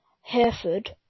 Hereford